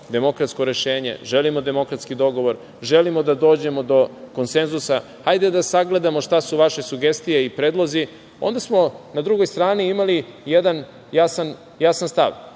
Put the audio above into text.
demokratsko rešenje, želimo demokratski dogovor, želimo da dođemo do konsenzusa. Hajde da sagledamo šta su vaše sugestije i predlozi, onda smo na drugoj strani imali jedan jasan stav